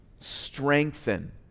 strengthen